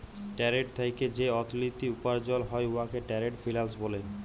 trade থ্যাইকে যে অথ্থলিতি উপার্জল হ্যয় উয়াকে টেরেড ফিল্যাল্স ব্যলে